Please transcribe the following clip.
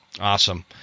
awesome